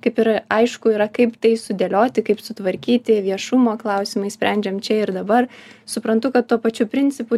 kaip ir aišku yra kaip tai sudėlioti kaip sutvarkyti viešumo klausimai sprendžiami čia ir dabar suprantu kad tuo pačiu principu